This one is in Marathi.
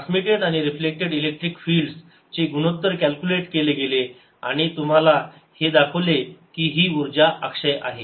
ट्रान्समिटेड आणि रिफ्लेक्टेड इलेक्ट्रिक फिल्ड्स चे गुणोत्तर कॅल्क्युलेट केले गेले आणि तुम्हालाही ही दाखवले की उर्जा अक्षय आहे